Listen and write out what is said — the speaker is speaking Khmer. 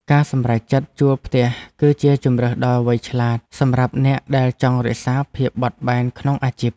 ការសម្រេចចិត្តជួលផ្ទះគឺជាជម្រើសដ៏វៃឆ្លាត សម្រាប់អ្នកដែលចង់រក្សាភាពបត់បែនក្នុងអាជីព។